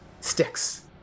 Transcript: sticks